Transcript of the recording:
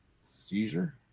Seizure